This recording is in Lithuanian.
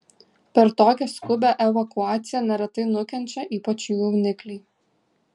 per tokią skubią evakuaciją neretai nukenčia ypač jų jaunikliai